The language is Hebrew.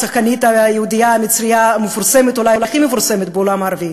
השחקנית היהודייה-המצרייה אולי הכי מפורסמת בעולם הערבי,